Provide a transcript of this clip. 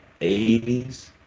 80s